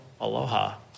aloha